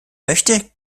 möchte